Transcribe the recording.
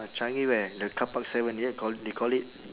changi where the carpark seven is it call they call it